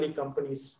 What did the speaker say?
companies